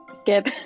Skip